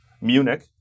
Munich